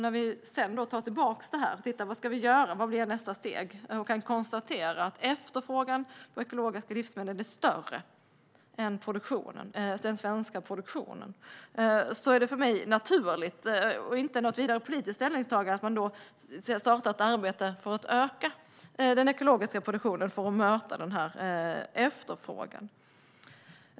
När vi tar tillbaka detta och tittar på vad vi ska göra, vad som blir nästa steg, och kan konstatera att efterfrågan på ekologiska livsmedel är större än den svenska produktionen är det för mig naturligt och inte något politiskt ställningstagande att vi startar ett arbete för att öka den ekologiska produktionen för att möta denna efterfrågan.